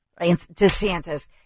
DeSantis